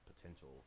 potential